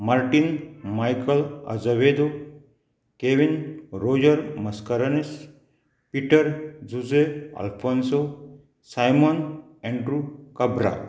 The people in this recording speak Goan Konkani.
Martin Michael Azavedo Kevin Roger Mascarenhas Peter Jose Alphonso Simon Andrew Cabral